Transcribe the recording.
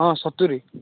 ହଁ ସତୁରୀ